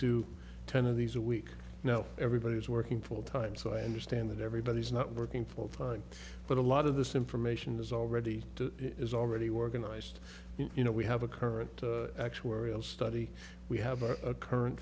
do ten of these a week now everybody is working full time so i understand that everybody's not working full time but a lot of this information is already is already organized you know we have a current actuarial study we have a current